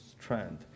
trend